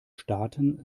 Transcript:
staaten